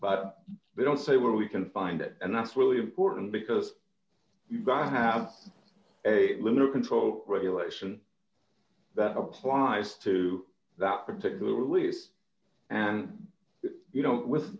but they don't say where we can find it and that's really important because you've got to have a little control regulation that applies to that particular release and you know with